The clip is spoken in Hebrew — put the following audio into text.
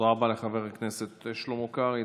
תודה רבה לחבר הכנסת שלמה קרעי.